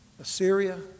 Assyria